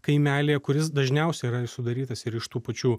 kaimelyje kuris dažniausiai yra sudarytas ir iš tų pačių